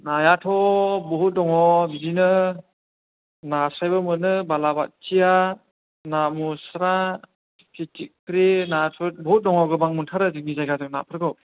नायाथ' बुहुथ दङ बिदिनो नास्रायबो मोनो बालाबाथिया ना मुस्रा फिथिख्रि नाथुर बुहुथ दङ गोबां मोनथारो जोंनि जायगाजों नाफोरखौ